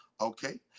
Okay